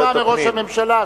אחרי שנשמע מראש הממשלה,